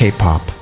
K-Pop